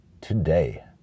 today